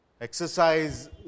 exercise